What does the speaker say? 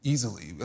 Easily